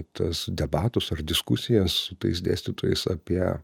tas debatus ir diskusijas su tais dėstytojais apie